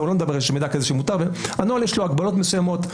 בנוהל יש הגבלות מסוימות.